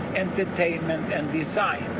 entertainment and design.